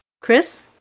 Chris